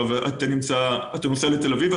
נניח אתה נוסע לתל אביב,